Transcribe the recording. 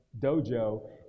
dojo